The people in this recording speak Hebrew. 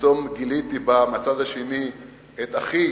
כשפתאום גיליתי בה מהצד השני את אחי,